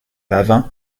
l’avant